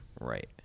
Right